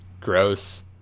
gross